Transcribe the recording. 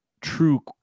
true